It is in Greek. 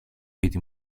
σπίτι